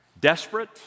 Desperate